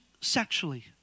sexually